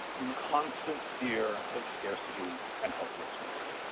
in constant fear of scarcity and helplessness.